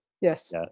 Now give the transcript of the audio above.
yes